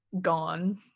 gone